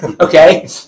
Okay